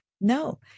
No